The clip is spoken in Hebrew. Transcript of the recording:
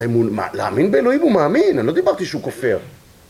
אמון, מה? להאמין באלוהים הוא מאמין, אני לא דיברתי שהוא כופר